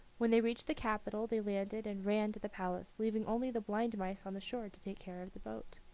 when they reached the capital they landed and ran to the palace, leaving only the blind mouse on the shore to take care of the boat.